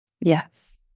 yes